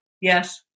Yes